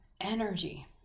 energy